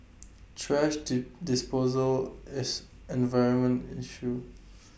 thrash dis disposal is an environmental issue